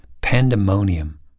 pandemonium